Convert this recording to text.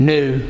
New